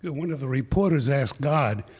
ah one of the reporters asked god,